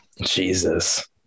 Jesus